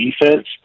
defense